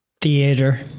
Theater